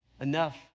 enough